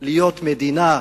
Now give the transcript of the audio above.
להיות מדינה,